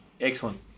Excellent